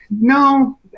No